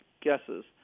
guesses